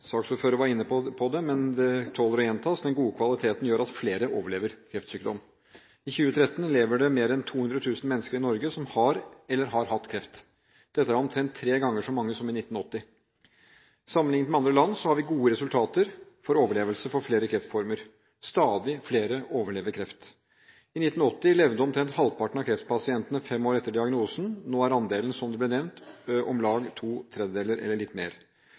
var inne på det, men det tåler å gjentas. Den gode kvaliteten gjør at flere overlever kreftsykdom. I 2013 lever det mer enn 200 000 mennesker i Norge som har eller har hatt kreft. Dette er omtrent tre ganger så mange som i 1980. Sammenliknet med andre land har vi gode resultater for overlevelse for flere kreftformer – stadig flere overlever kreft. I 1980 levde omtrent halvparten av kreftpasientene fem år etter diagnosen. Nå er andelen, som det ble nevnt, omlag to tredjedeler eller litt